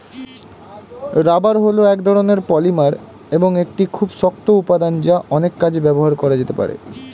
rubber হল এক ধরণের পলিমার এবং একটি খুব শক্ত উপাদান যা অনেক কাজে ব্যবহার করা যেতে পারে